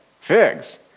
figs